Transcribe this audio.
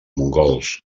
mongols